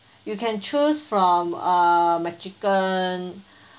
you can choose from uh mcchicken